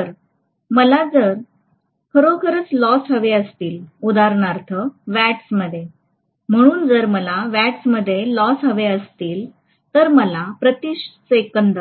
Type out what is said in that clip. तर जर मला खरोखरच लॉस हवे असतील उदाहरणार्थ वॅट्समध्ये म्हणून जर मला वॅट्समध्ये लॉस हवे असेल तर मला प्रति सेकंद